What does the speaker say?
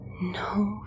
No